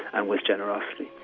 and with generosity.